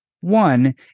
One